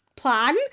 plan